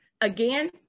Again